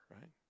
right